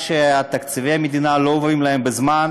שתקציבי המדינה לא עוברים אליהן בזמן,